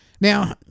Now